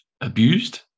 abused